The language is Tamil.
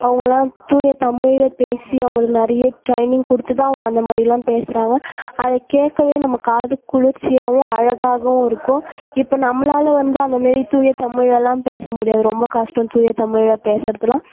அவங்கெல்லாம் தூய தமிழில் பேசி அவங்களுக்கு நிறைய ட்ரைனிங் கொடுத்து தான் அவங்க அந்த மாதிரிலாம் பேசுகிறாங்க அதை கேட்கவே நம்ம காதுக்கு குளிர்ச்சியாகவும் அழகாகவும் இருக்கும் இப்போ நம்மளால் வந்து அந்த மாரி தூய தமிழ் எல்லாம் பேச முடியாது ரொம்ப கஷ்டம் தூய தமிழில் பேசுகிறதுலாம்